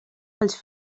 pels